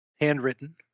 handwritten